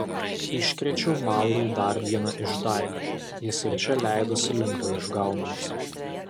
iškrėčiau maurui dar vieną išdaigą jis ir čia leidosi lengvai apgaunamas